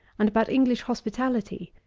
and about english hospitality,